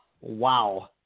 Wow